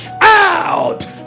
Out